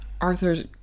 arthur